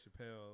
Chappelle